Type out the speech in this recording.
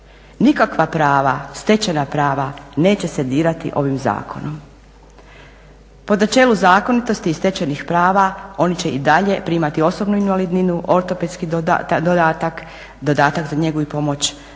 Nikakva prava, stečena prava neće se dirati ovim zakonom. Po načelu zakonitosti i stečenih prava oni će i dalje primati osobnu invalidninu, ortopedski dodatak, dodatak za njegu i pomoć HRVI